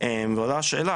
ועולה השאלה,